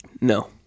No